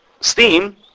steam